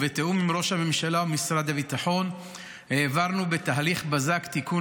ובתיאום עם ראש הממשלה ומשרד הביטחון העברנו בתהליך בזק תיקון